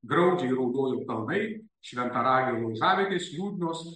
graudžiai raudojo kalnai šventaragio laužavietės liūdnos